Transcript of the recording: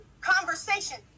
conversation